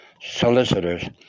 solicitors